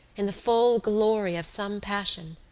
in the full glory of some passion,